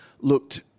looked